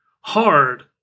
hard